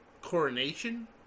coronation